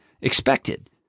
expected